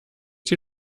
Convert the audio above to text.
die